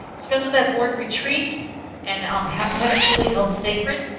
schedule that board retreat and um have have it really held sacred.